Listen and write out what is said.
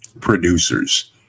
producers